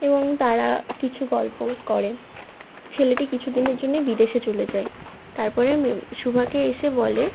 এবং তারা কিছু গল্পও করে ছেলেটি কিছু দিনের জন্যে বিদেশে চলে যায় তারপরে সুভাকে এসে বলে